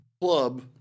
club